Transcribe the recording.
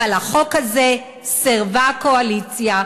אבל לחוק הזה סירבה הקואליציה,